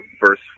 verse